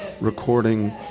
recording